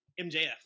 MJF